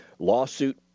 Lawsuit